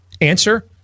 Answer